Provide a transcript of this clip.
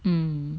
mm